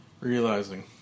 Realizing